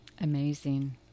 Amazing